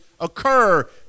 occur